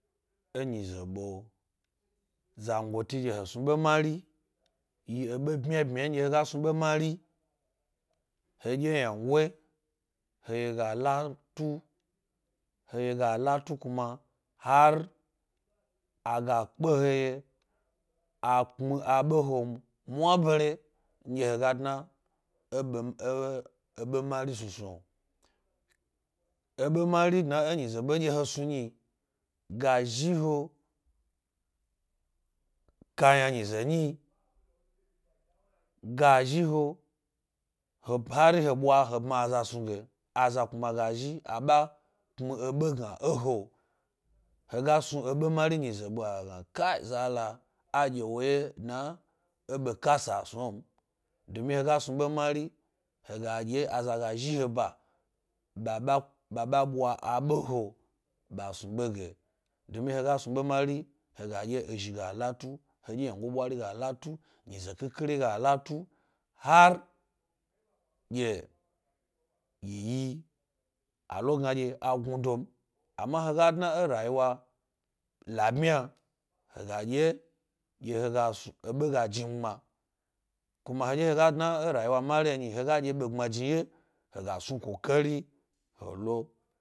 Enyize ɓe, zangoti ɗye he ɓe mari. Yi he ɓe bmya-bmya nɗye he ga latu, he ye ga latu kuma har a ga pke he ye a pmi aɓe he mwabere nɗye he ga dna e eɓe mari snusnu’o eɓe mari dna e nyize nɗye he snu nyi, ga zhi he kayna nyize nyi, ga zhi he hari he ɓwa he bma aza snuge. Aza kuma ga zhi ɓa-ɓa pmi eɓe na e he. He ga snu he ɓe mari nyize ɓe, a ga gna za lo aɗye wo wye dna e ebe kasa snu m. domi he ga snu ɓe mari, he gaɗye za ga zhi he ba ɓa-ɓa ɓwa aɓe e he ɓa snu ɓe ge. Dumi he ga snu ɓe mari, he gadye ezhi ga latu, heɗye ynango ɓwari ga latu, nyize khri khri ga la tu har g iyi yi alo gna ɗye ezhi ga lla tu, heɗye ynango ɓwari ga la tu, nyize khir khir ga la tu har g iyi-yi a lo gna ɗye a gnu dom. Ama he ga dna e rayiwa labmya, he ga ɗye ɗye he ɓe dna e rayiwa mari’o mmyi heɗye be gbmaini wye, he ga snu kukari he lo.